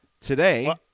Today